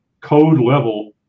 code-level